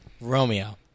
Romeo